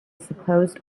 supposed